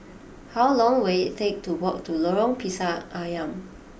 how long will it take to walk to Lorong Pisang Asam